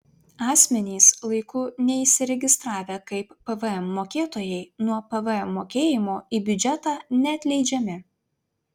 asmenys laiku neįsiregistravę kaip pvm mokėtojai nuo pvm mokėjimo į biudžetą neatleidžiami